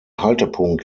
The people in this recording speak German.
haltepunkt